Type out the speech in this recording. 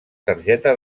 targeta